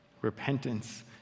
repentance